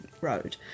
Road